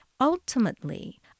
Ultimately